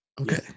Okay